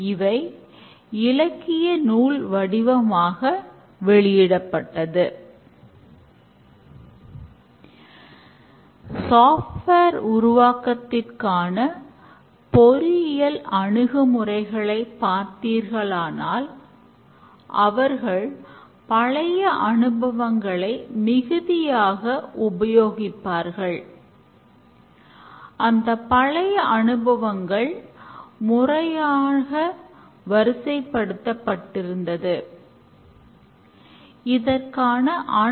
அவை இலக்கிய நூல் வடிவமாக வெளியிடப்பட்டன